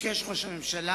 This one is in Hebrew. ביקש ראש הממשלה,